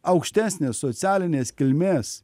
aukštesnės socialinės kilmės